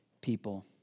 people